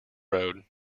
road